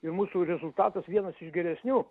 ir mūsų rezultatas vienas iš geresnių